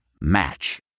Match